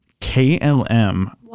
KLM